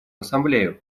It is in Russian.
ассамблею